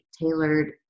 tailored